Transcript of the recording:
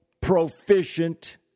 proficient